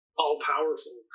all-powerful